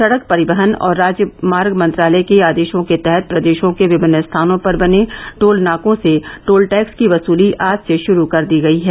सड़क परिवहन और राजमार्ग मंत्रालय के आदेशों के तहत प्रदेशों के विभिन्न स्थानों पर बने टोल नाकों से टोल टेक्स की वसूली आज से शुर कर दी गई है